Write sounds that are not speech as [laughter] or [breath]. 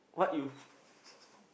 what you [breath]